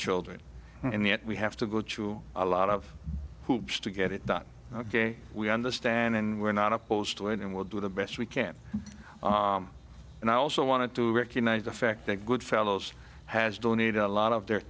children and that we have to go to a lot of hoops to get it done ok we understand and we're not opposed to it and will do the best we can and i also wanted to recognize the fact that good fellows has donated a lot of their